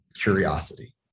curiosity